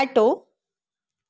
auto